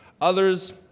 Others